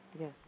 Yes